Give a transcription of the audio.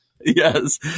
Yes